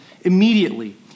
immediately